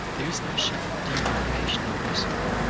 there is no sharp demarcation of useful,